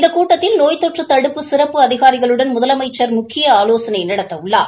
இந்த கூட்டத்தில் நோய் தோற்று தடுப்பு சிறப்பு அதிகாரிகளுடன் முதலமைச்சர் முக்கிய ஆலோசனை நடத்தவுள்ளார்